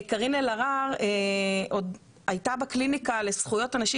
קארין אלהרר עוד הייתה בקליניקה לזכויות אנשים